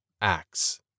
acts